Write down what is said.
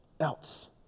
else